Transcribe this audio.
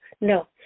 No